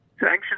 Sanctions